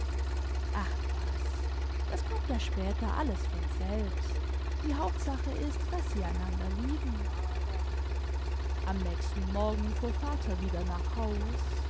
ach was das kommt ja später alles von selbst die hauptsache ist daß sie einander lieben am nächsten morgen fuhr vater wieder nach haus